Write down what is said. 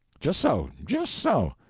just so just so.